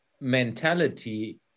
mentality